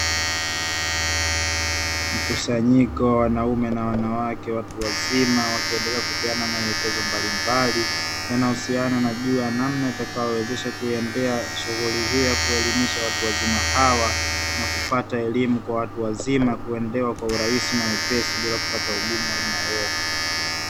Mkisanyiko wa wanaume na wanawake watu wazima wakiendelea kupeana maelekezo mbalimbali, yanayohusiana na juu ya namna watakavyoendea shughuli hiyo ya kuelimisha watu wazima hawa na kupata elimu ya watu wazima na kuendea kwa urahisi na wepesi bila kupata ugumu wa aina yoyote.